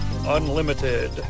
Unlimited